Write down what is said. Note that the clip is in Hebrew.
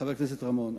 חבר הכנסת רמון,